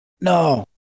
No